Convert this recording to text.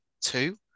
two